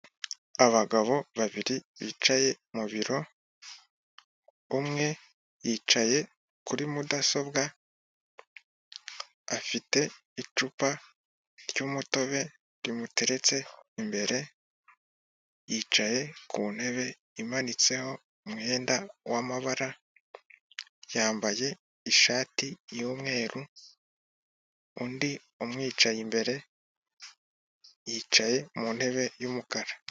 abagabo babiri bicaye mu biro umwe yicaye kuri mudasobwa afite icupa ry'umutobe rimuteretse imbere ,yicaye ku ntebe imanitesho umwenda w'amabara yambaye ishati y'umweru ,undi umwicaye imbere yicaye mu ntebe y'umukara.